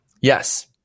Yes